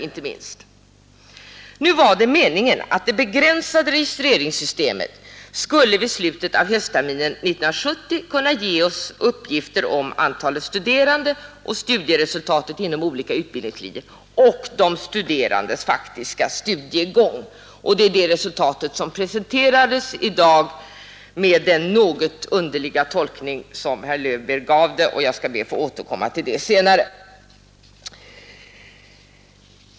Det var meningen att det begränsade registreringssystemet i slutet av höstterminen 1970 skulle kunna ge oss uppgifter om antalet studerande och studieresultaten inom olika utbildningslinjer och de studerandes faktiska studiegång. Det är det resultatet som presenterades i dag med den något underliga tolkning som herr Löwbeer givit det; jag skall be att få återkomma till detta senare.